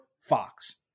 Fox